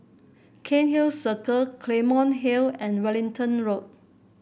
Cairnhill Circle Claymore Hill and Wellington Road